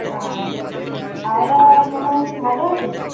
আর খাওয়া দাওয়া মোটামুটি ভালো আছে তো